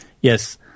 yes